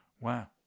Wow